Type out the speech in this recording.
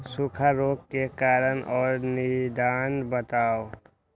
सूखा रोग के कारण और निदान बताऊ?